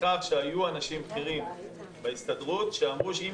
מכך שהיו אנשים בכירים בהסתדרות שאמרו שאם